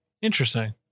interesting